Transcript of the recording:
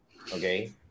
Okay